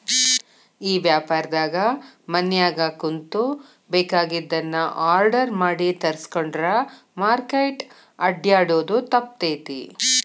ಈ ವ್ಯಾಪಾರ್ದಾಗ ಮನ್ಯಾಗ ಕುಂತು ಬೆಕಾಗಿದ್ದನ್ನ ಆರ್ಡರ್ ಮಾಡಿ ತರ್ಸ್ಕೊಂಡ್ರ್ ಮಾರ್ಕೆಟ್ ಅಡ್ಡ್ಯಾಡೊದು ತಪ್ತೇತಿ